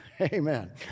Amen